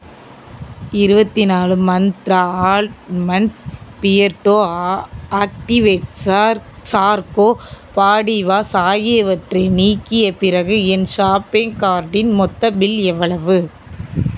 இருபத்தி நாலு Mantra almonds Beardo activated charcoal body wash ஆகியவற்றை நீக்கிய பிறகு என் ஷாப்பிங் கார்ட்டின் மொத்த பில் எவ்வளவு